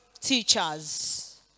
teachers